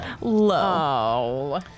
Low